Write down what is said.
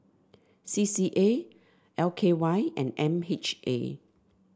C C A L K Y and M H A